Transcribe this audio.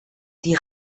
die